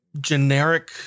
generic